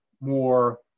more